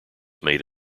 made